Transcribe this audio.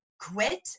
quit